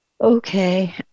Okay